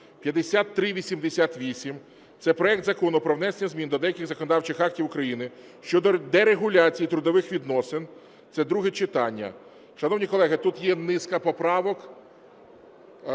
5388. Це проект Закону про внесення змін до деяких законодавчих актів України щодо дерегуляції трудових відносин. Це друге читання. Шановні колеги, тут є низка поправок.